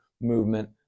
movement